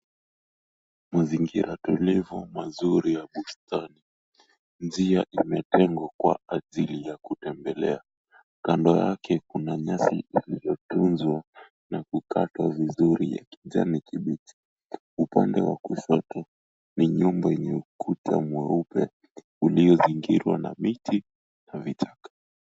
Mazingira tulivu mazuri ya bustani. Njia imetengwa kwa ajili ya kutembelea. Kando yake kuna nyasi iliyotunzwa na kukatwa vizuri ya kijani kibichi. Upande wa kushoto, ni nyumba iliyo na ukuta mweupe, uliozingirwa na miti na vichaka.